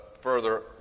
further